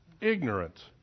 ignorant